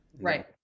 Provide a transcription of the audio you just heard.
right